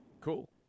Cool